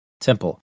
temple